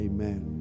Amen